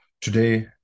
Today